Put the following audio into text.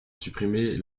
supprimer